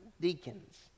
deacons